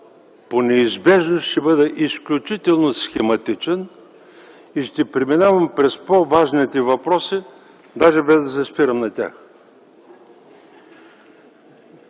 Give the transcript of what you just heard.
По неизбежност ще бъда изключително схематичен и ще преминавам през по-важните въпроси, даже без да се спирам на тях.